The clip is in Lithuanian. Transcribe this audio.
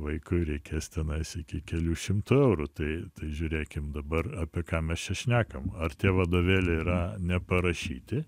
vaikui reikės tenais iki kelių šimtų eurų tai žiūrėkim dabar apie ką mes čia šnekam ar tie vadovėliai yra neparašyti